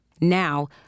Now